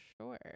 sure